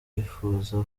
yifuza